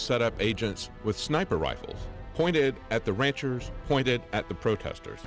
set up agents with sniper rifles pointed at the rancher's pointed at the protesters